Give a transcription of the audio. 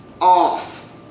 off